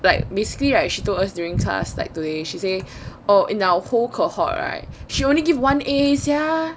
like basically right she told us during class like today she say oh in our whole cohort right she only give one a sia